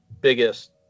biggest